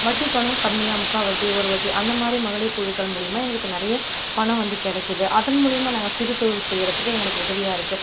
வட்டி பணம் கம்மியாக முக்கால் வட்டி ஒரு வட்டி அந்தமாதிரி மகளிர் குழுக்கள் மூலிமா எங்களுக்கு நிறைய பணம் வந்து கிடைக்குது அதன் மூலமா நாங்கள் சிறு தொழில் செய்கிறதுக்கு எங்களுக்கு உதவியாக இருக்குது